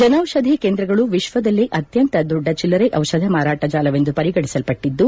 ಜನೌಷಧಿ ಕೇಂದ್ರಗಳು ವಿಶ್ವದಲ್ಲೆ ಅತ್ಯಂತ ದೊಡ್ಡ ಚಿಲ್ಲರೆ ಔಷಧಿ ಮಾರಾಟ ಜಾಲವೆಂದು ಪರಿಗಣಿಸಲ್ಪಟ್ಲದ್ಲು